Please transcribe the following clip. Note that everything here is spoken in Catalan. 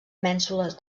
mènsules